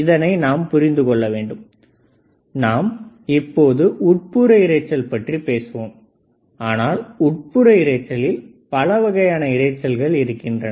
இதனை நாம் புரிந்து கொள்ள வேண்டும் நாம் இப்போது உட்புற இறைச்சல் பற்றி பேசுவோம் ஆனால் உட்புற இரைச்சலில் பலவகைகள் இருக்கின்றன